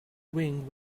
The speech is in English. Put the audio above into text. wing